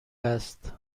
است